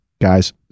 guys